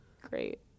great